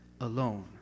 alone